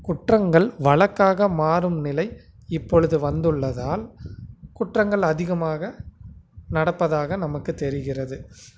குற்றங்கள் வழக்காக மாறும் நிலை இப்பொழுது வந்துள்ளதால் குற்றங்கள் அதிகமாக நடப்பதாக நமக்கு தெரிகிறது